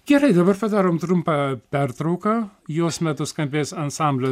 gerai dabar padarom trumpą pertrauką jos metu skambės ansamblio